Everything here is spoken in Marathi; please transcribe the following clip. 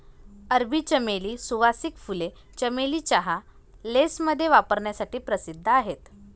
अरबी चमेली, सुवासिक फुले, चमेली चहा, लेसमध्ये वापरण्यासाठी प्रसिद्ध आहेत